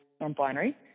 non-binary